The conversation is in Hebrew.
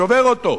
שובר אותו.